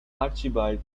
archibald